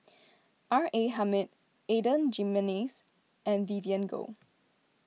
R A Hamid Adan Jimenez and Vivien Goh